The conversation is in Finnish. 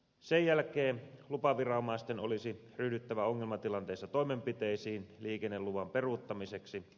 sen jälkeen lupaviranomaisten olisi ryhdyttävä ongelmatilanteissa toimenpiteisiin liikenneluvan peruuttamiseksi